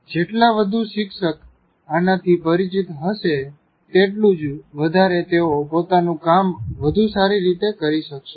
જેટલા વધુ શીક્ષક આનાથી પરિચિત હશે તેટલું જ વધારે તેઓ પોતાનું કામ વધુ સારી રીતે કરી શકશે